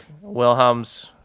Wilhelm's